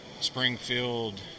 Springfield